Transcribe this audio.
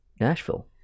Nashville